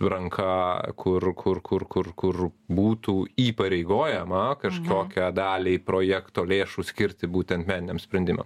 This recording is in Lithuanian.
ranka kur kur kur kur kur būtų įpareigojama kažkokią dalį projekto lėšų skirti būtent meniniam sprendimam